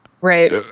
right